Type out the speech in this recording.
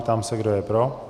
Ptám se, kdo je pro.